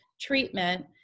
treatment